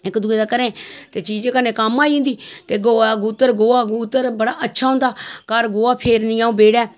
इक दुए दे घरें कन्नै चीज कम्म आई जंदी ते गवा दा गूत्तर गोआ गूत्तर बड़ा अच्छा होंदा घर गोआ फेरनी अ'ऊं बेह्ड़ै